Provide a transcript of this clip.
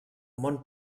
món